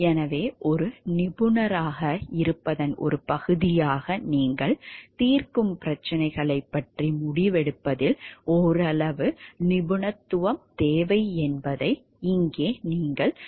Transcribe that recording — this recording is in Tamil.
எனவே ஒரு நிபுணராக இருப்பதன் ஒரு பகுதியாக நீங்கள் தீர்க்கும் பிரச்சனைகளைப் பற்றி முடிவெடுப்பதில் ஓரளவு நிபுணத்துவம் தேவை என்பதை இங்கே நீங்கள் புரிந்துகொள்கிறீர்கள்